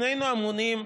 שנינו אמונים,